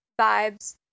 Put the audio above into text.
vibes